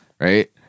Right